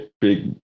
big